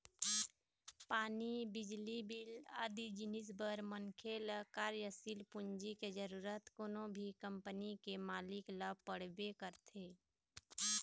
पानी, बिजली बिल आदि जिनिस बर मनखे ल कार्यसील पूंजी के जरुरत कोनो भी कंपनी के मालिक ल पड़बे करथे